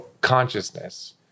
consciousness